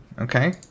Okay